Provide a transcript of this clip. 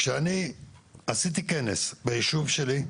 כשאני עשיתי כנס בישוב שלי,